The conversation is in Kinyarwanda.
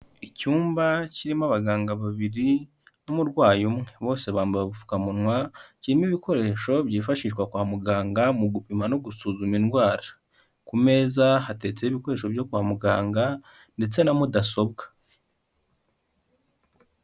Icyumba kirimo abaganga babiri n'umurwayi umwe, bose bambaye ubupfukamunwa, kirimo ibikoresho byifashishwa kwa muganga mu gupima no gusuzuma indwara, ku meza hateretseho ibikoresho byo kwa muganga ndetse na mudasobwa.